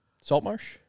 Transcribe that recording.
Saltmarsh